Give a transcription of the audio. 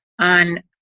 on